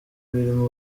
birimo